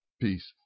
Peace